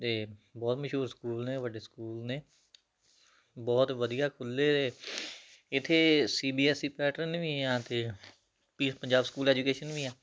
ਅਤੇ ਬਹੁਤ ਮਸ਼ਹੂਰ ਸਕੂਲ ਨੇ ਵੱਡੇ ਸਕੂਲ ਨੇ ਬਹੁਤ ਵਧੀਆ ਖੁੱਲ੍ਹੇ ਇੱਥੇ C B S E pattern ਵੀ ਆ ਅਤੇ ਪੀ ਪੰਜਾਬ ਸਕੂਲ ਐਜੂਕੇਸ਼ਨ ਵੀ ਆ